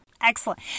excellent